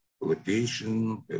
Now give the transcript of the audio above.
location